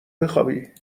بخوابی